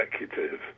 executive